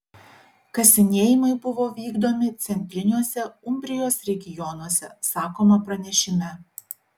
kasinėjimai buvo vykdomi centriniuose umbrijos regionuose sakoma pranešime